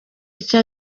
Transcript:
icyo